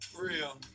real